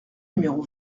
numéro